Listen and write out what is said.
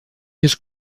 his